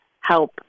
help